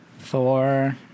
Thor